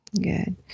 Good